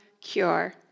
cure